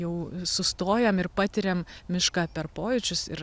jau sustojam ir patiriam mišką per pojūčius ir